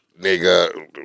nigga